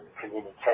communication